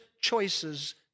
choices